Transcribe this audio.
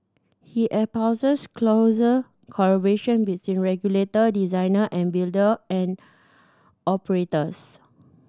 he espouses closer collaboration between regulator designer and builder and operators